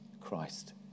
Christ